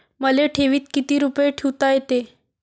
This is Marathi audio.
मले ठेवीत किती रुपये ठुता येते?